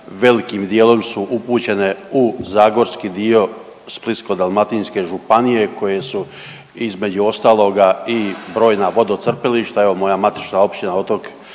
Veliki dijelovi su upućene u zagorski dio Splitsko-dalmatinske županije koje su između ostaloga i brojna vodocrpilišta. Evo moja matična općina Otok